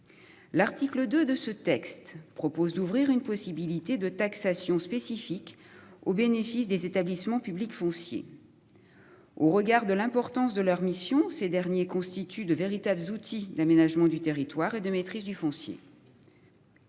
L'article 2 de ce texte propose d'ouvrir une possibilité de taxation spécifique au bénéfice des établissements publics fonciers. Au regard de l'importance de leur mission. Ces derniers constituent de véritables outils d'aménagement du territoire et de maîtrise du foncier.